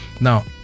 Now